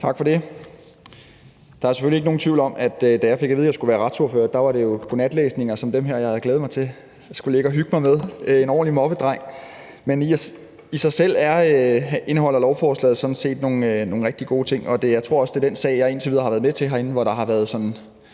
Tak for det. Der er selvfølgelig ikke nogen tvivl om, at da jeg fik at vide, at jeg skulle være retsordfører, var det jo godnatlæsning som det her, jeg havde glædet mig til at skulle ligge og hygge mig med. Det er en ordentlig moppedreng, men i sig selv er indholdet af lovforslaget sådan set nogle rigtig gode ting, og jeg tror også, det er det forslag, jeg indtil videre har været med til herinde, hvor der har været sådan